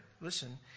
listen